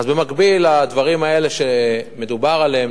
אז במקביל לדברים האלה שמדובר עליהם,